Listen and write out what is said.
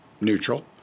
neutral